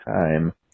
time